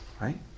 right